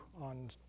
on